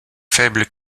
faible